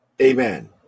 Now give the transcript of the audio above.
Amen